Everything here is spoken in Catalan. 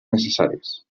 necessaris